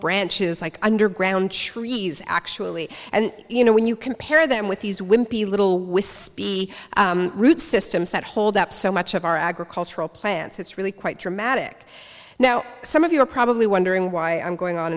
branches like underground shreeves actually and you know when you compare them with these wimpy little wispy root systems that hold up so much of our agricultural plants it's really quite dramatic now some of you are probably wondering why i'm going on